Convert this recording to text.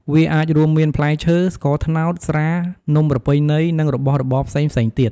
វាអាចរួមមានផ្លែឈើ, ស្ករត្នោត, ស្រា, នំប្រពៃណី និងរបស់របរផ្សេងៗទៀត។